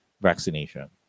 vaccination